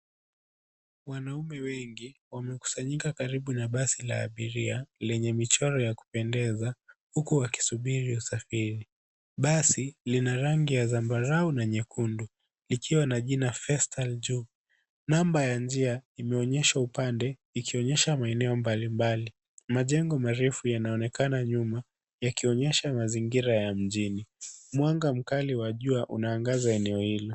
Wanaume wengi wamekusanyika karibu na basi la abiria lenye michoro ya kupendeza huku wakisubiri usafiri. Basi lina rangi ya zambarau na nyekundu likiwa na jina Festal juu. Namba ya njia imeonyeshwa upande ikionyesha maeneo mbalimbali. Majengo marefu yanaonekana nyuma yakionyesha mazingira ya mjini. Mwanga mkali wa jua unaangaza eneo hilo.